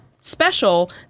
special